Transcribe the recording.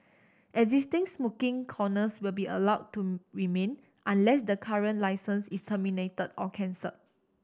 existing smoking corners will be allowed to remain unless the current licence is terminated or cancelled